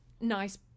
nice